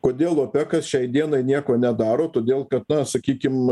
kodėl opekas šiai dienai nieko nedaro todėl kad na sakykim